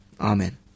Amen